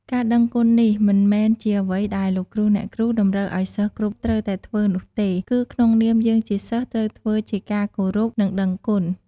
ការដឹងគុណនេះមិនមែនជាអ្វីដែលលោកគ្រូអ្នកគ្រូតម្រូវឱ្យសិស្សគ្រប់ត្រូវតែធ្វើនោះទេ គឺក្នុងនាមយើងជាសិស្សត្រូវធ្វើជាការគោរពនិងដឹងគុណ។